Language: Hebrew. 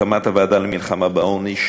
הקמת הוועדה למלחמה בעוני,